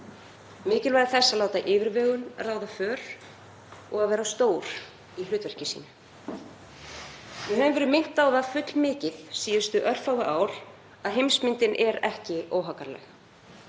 mikilvægi þess að láta yfirvegun ráða för og að vera stór í hlutverki sínu. Við höfum verið minnt á það fullmikið síðustu örfá ár að heimsmyndin er ekki óhagganleg